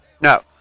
no